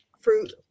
Fruit